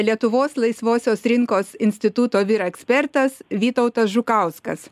lietuvos laisvosios rinkos instituto vyr ekspertas vytautas žukauskas